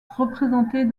représentées